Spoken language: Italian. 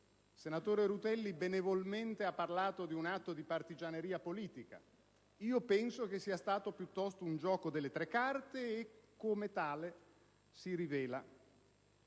senatore Rutelli ha benevolmente parlato di un atto di partigianeria politica; io penso che sia stato piuttosto un gioco delle tre carte, e come tale si rivela.